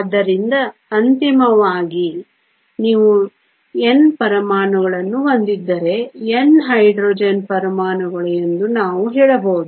ಆದ್ದರಿಂದ ಅಂತಿಮವಾಗಿ ನೀವು ಎನ್ ಪರಮಾಣುಗಳನ್ನು ಹೊಂದಿದ್ದರೆ ಎನ್ ಹೈಡ್ರೋಜನ್ ಪರಮಾಣುಗಳು ಎಂದು ನಾವು ಹೇಳಬಹುದು